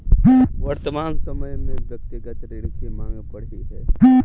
वर्तमान समय में व्यक्तिगत ऋण की माँग बढ़ी है